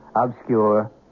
obscure